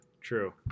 True